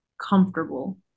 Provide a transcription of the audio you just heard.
comfortable